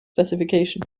specification